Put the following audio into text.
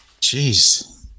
Jeez